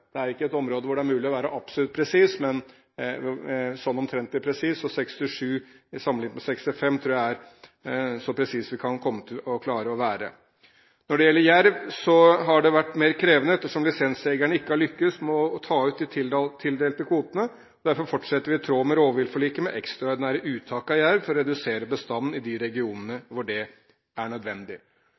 Det er ikke et område hvor det er mulig å være absolutt presis, men sånn omtrentlig presis, og 67 sammenlignet med 65 tror jeg er så presis som vi kan klare å være. Når det gjelder jerv, har det vært mer krevende, ettersom lisensjegerne ikke har lyktes med å ta ut de tildelte kvotene. Derfor fortsetter vi, i tråd med rovviltforliket, med ekstraordinære uttak av jerv for å redusere bestanden i de regionene hvor det er nødvendig.